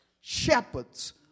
Shepherds